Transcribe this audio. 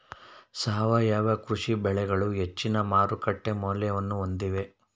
ಸಾವಯವ ಕೃಷಿ ಬೆಳೆಗಳು ಹೆಚ್ಚಿನ ಮಾರುಕಟ್ಟೆ ಮೌಲ್ಯವನ್ನು ಹೊಂದಿವೆ